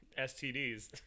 STDs